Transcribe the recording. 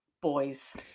boys